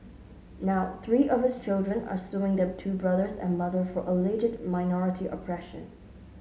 now three of his children are suing their two brothers and mother for alleged minority oppression